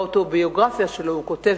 באוטוביוגרפיה שלו הוא כותב,